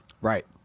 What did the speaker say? Right